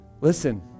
listen